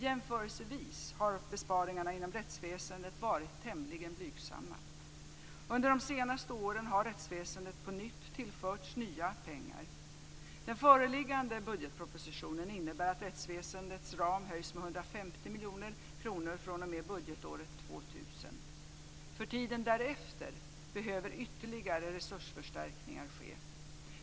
Jämförelsevis har besparingarna inom rättsväsendet varit tämligen blygsamma. Under de senaste åren har rättsväsendet på nytt tillförts nya pengar. Den föreliggande budgetpropositionen innebär att rättsväsendets ram höjs med 150 miljoner kronor budgetåret 2000. För tiden därefter behöver ytterligare resursförstärkningar ske.